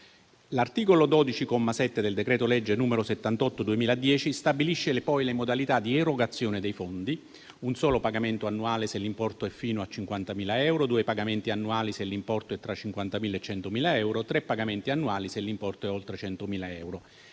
L'articolo 12, comma 7, del decreto-legge n. 78 del 2010 stabilisce poi le modalità di erogazione dei fondi: un solo pagamento annuale se l'importo è fino a 50.000 euro, due pagamenti annuali se l'importo è tra 50.000 e 100.000 euro, tre pagamenti annuali se l'importo è oltre 100.000 euro.